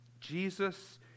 Jesus